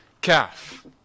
calf